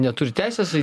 neturi teisės į